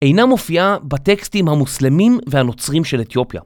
אינה מופיעה בטקסטים המוסלמים והנוצרים של אתיופיה.